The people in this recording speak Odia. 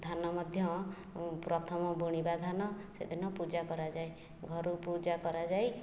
ଧାନ ମଧ୍ୟ ପ୍ରଥମ ବୁଣିବା ଧାନ ସେଦିନ ପୂଜା କରାଯାଏ ଘରୁ ପୂଜା କରାଯାଇ